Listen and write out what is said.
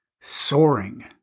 Soaring